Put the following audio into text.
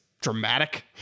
dramatic